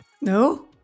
No